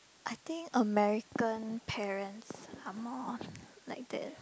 I think American parents are more like that